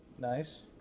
Nice